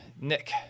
Nick